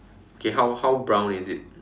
okay how how brown is it